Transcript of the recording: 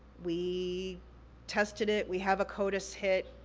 we tested it, we have a codis hit,